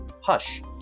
Hush